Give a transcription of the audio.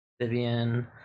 Vivian